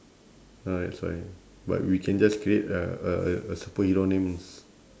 ya that's why but we can just create a a superhero names